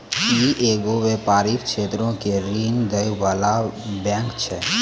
इ एगो व्यपारिक क्षेत्रो के ऋण दै बाला बैंक छै